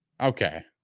Okay